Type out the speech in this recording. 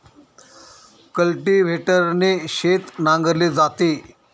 कल्टिव्हेटरने शेत नांगरले जाते